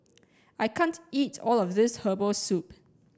I can't eat all of this Herbal Soup